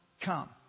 come